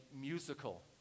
musical